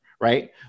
right